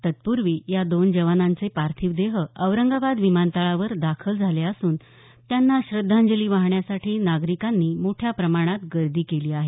तत्पूर्वी या दोन जवानांचे पार्थिव देह औरंगाबाद विमानतळावर दाखल झाले असून त्यांना श्रद्धांजली वाहण्यासाठी नागरिकांनी मोठ्या प्रमाणात गर्दी केली आहे